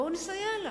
בואו נסייע לה.